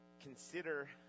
consider